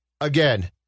again